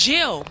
Jill